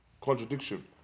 contradiction